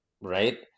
right